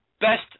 best